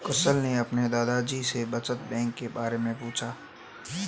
कुशल ने अपने दादा जी से बचत बैंक के बारे में पूछा